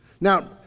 Now